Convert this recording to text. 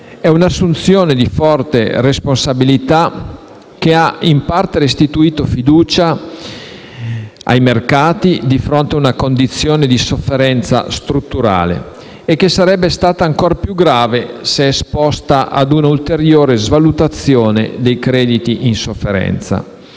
È un'assunzione di forte responsabilità, che ha in parte restituito fiducia ai mercati di fronte ad una condizione di sofferenza strutturale, che sarebbe stata ancor più grave se esposta ad una ulteriore svalutazione dei crediti in sofferenza.